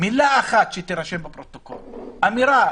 מילה אחת שתירשם בפרוטוקול, אמירה,